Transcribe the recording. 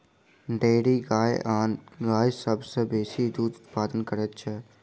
dairy गाय आन गाय सभ सॅ बेसी दूध उत्पादन करैत छै